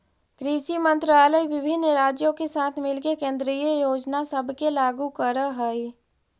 कृषि मंत्रालय विभिन्न राज्यों के साथ मिलके केंद्रीय योजना सब के लागू कर हई